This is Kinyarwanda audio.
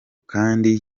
kandi